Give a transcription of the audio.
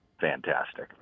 fantastic